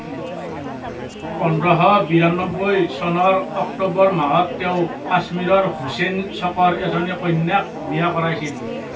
পোন্ধৰশ বিৰানব্বৈ চনৰ অক্টোবৰ মাহত তেওঁ কাশ্মীৰৰ হুছেইন চকৰ এজনী কন্যাক বিয়া কৰাইছিল